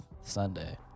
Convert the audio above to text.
sunday